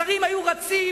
השרים היו רצים